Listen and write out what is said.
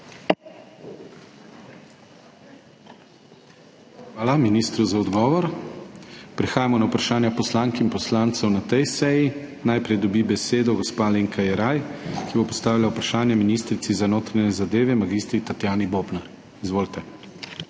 Hvala ministru za odgovor. Prehajamo na vprašanja poslank in poslancev na tej seji. Najprej dobi besedo gospa Alenka Jeraj, ki bo postavila vprašanje ministrici za notranje zadeve mag. Tatjani Bobnar. Izvolite.